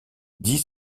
dix